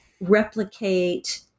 replicate